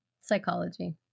Psychology